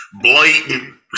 blatant